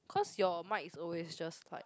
cause your mic is always just like